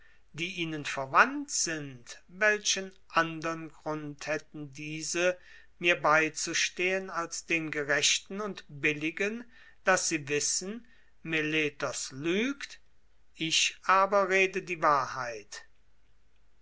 die ihnen verwandt sind welchen andern grund hätten diese mir beizustehen als den gerechten und billigen daß sie wissen meletos lügt ich aber rede die wahrheit